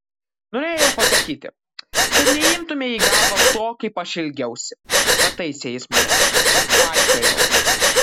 norėjau pasakyti kad neimtumei į galvą to kaip aš elgiausi pataisė jis mane kad paikiojau